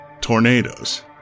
tornadoes